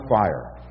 fire